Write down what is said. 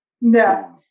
No